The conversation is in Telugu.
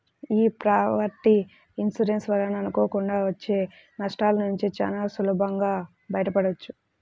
యీ ప్రాపర్టీ ఇన్సూరెన్స్ వలన అనుకోకుండా వచ్చే నష్టాలనుంచి చానా సులభంగా బయటపడొచ్చు